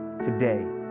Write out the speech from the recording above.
today